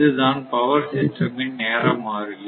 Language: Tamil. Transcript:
இதுதான் பவர் சிஸ்டம் இன் நேர மாறிலி